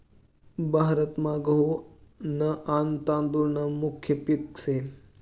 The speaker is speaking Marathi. भारतमा गहू न आन तादुळ न मुख्य पिक से